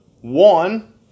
one